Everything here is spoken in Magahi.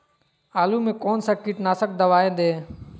आलू में कौन सा कीटनाशक दवाएं दे?